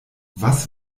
was